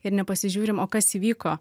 ir nepasižiūrim o kas įvyko